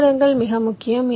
தாமதங்கள் மிக முக்கியம்